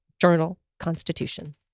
Journal-Constitution